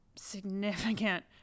significant